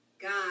god